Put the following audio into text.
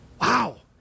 Wow